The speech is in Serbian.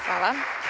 Hvala.